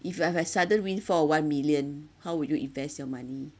if you have like sudden windfall one million how would you invest your money